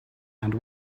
and